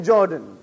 Jordan